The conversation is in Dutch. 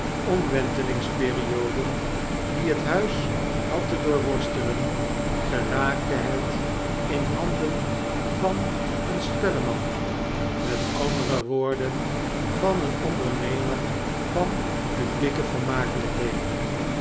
donkerste omwentelingsperioden die het huis had te doorworstelen geraakte het in handen van een spelleman met andere woorden van een ondernemer van publieke vermakelykheden